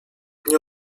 nie